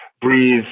breathe